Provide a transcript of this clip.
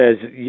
says